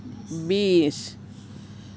বিছ